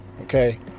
Okay